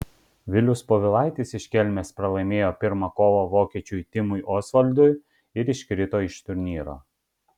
vilius povilaitis iš kelmės pralaimėjo pirmą kovą vokiečiui timui osvaldui ir iškrito iš turnyro